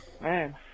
man